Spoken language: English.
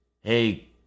hey